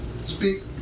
speak